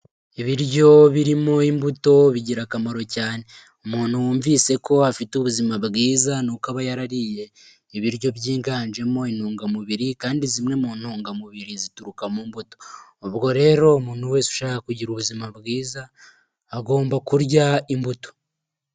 Ibiryo birimo imbuto bigira akamaro cyane, umuntu wumvise ko afite ubuzima bwiza ni uko aba yarariye ibiryo byiganjemo intungamubiri kandi zimwe mu ntungamubiri zituruka mu mbuto, ubwo rero umuntu wese ushaka kugira ubuzima bwiza agomba kurya imbuto.